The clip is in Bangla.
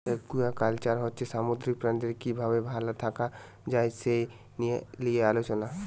একুয়াকালচার হচ্ছে সামুদ্রিক প্রাণীদের কি ভাবে ভাল থাকা যায় সে লিয়ে গবেষণা